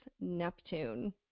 Neptune